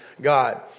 God